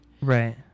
right